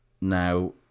Now